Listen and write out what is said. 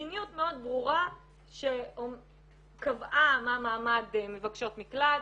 מדיניות מאוד ברורה שקבעה מה מעמד מבקשות מקלט,